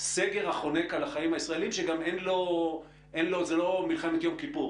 הסגר החונק על החיים הישראליים זה לא מלחמת יום כיפור,